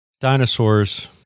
dinosaurs